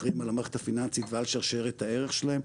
אחראים על המערכת הפיננסית ועל שרשרת הערך שלהם,